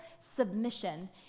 submission